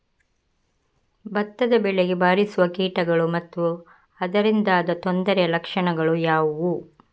ಭತ್ತದ ಬೆಳೆಗೆ ಬಾರಿಸುವ ಕೀಟಗಳು ಮತ್ತು ಅದರಿಂದಾದ ತೊಂದರೆಯ ಲಕ್ಷಣಗಳು ಯಾವುವು?